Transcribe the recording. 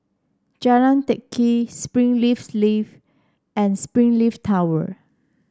Jalan Teck Kee Springleaf Leaf and Springleaf Tower